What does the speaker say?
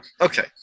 okay